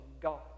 God